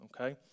Okay